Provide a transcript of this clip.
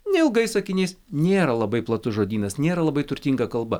neilgai sakinys nėra labai platus žodynas nėra labai turtinga kalba